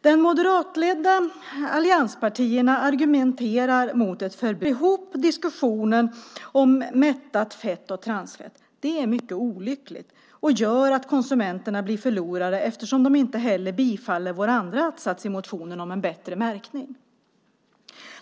De moderatledda allianspartierna argumenterar mot ett förbud och buntar ihop diskussionen om mättat fett och transfett. Det är mycket olyckligt och gör att konsumenterna blir förlorare eftersom man inte heller bifaller vår andra att-sats i motionen om en bättre märkning.